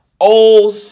old